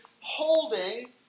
holding